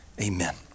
Amen